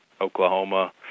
Oklahoma